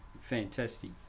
fantastic